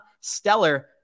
Stellar